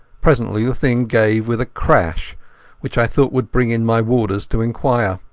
presently the thing gave with a crash which i thought would bring in my warders to inquire.